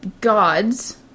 gods